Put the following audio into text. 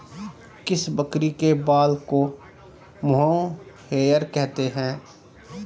किस बकरी के बाल को मोहेयर कहते हैं?